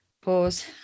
pause